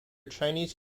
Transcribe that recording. chinese